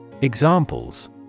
Examples